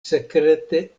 sekrete